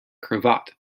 cravat